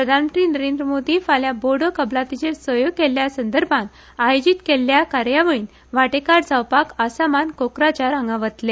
प्रधानमंत्री नरेंद्र मोदी फाल्या बोडो कबलातीचेर सयो केल्ल्या संदर्भात आयोजित केल्ल्या कार्यावळीत वाटेकार जावपाक आसामान कोकराझार हांगा वतले